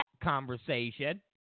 conversation